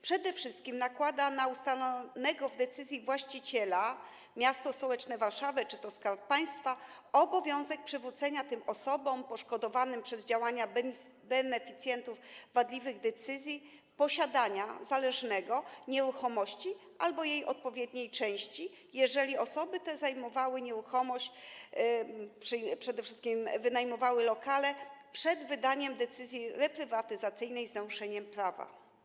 Przede wszystkim nakłada na ustalonego w decyzji właściciela, m.st. Warszawę czy Skarb Państwa, obowiązek przywrócenia osobom poszkodowanym przez działania beneficjentów wadliwych decyzji posiadania zależnego nieruchomości albo jej odpowiedniej części, jeżeli osoby te zajmowały nieruchomość, przede wszystkim wynajmowały lokale, przed wydaniem decyzji reprywatyzacyjnej z naruszeniem prawa.